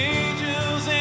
angels